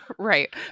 Right